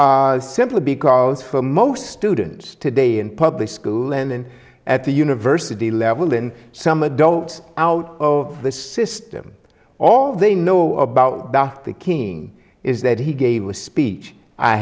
hero simply because for most students today in public school and at the university level in some adult out of the system all they know about dr king is that he gave a speech i